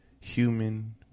human